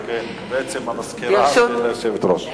בעצם, המזכירה והיושבת-ראש.